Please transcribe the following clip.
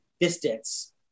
distance